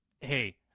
Hey